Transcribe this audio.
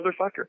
motherfucker